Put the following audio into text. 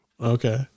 Okay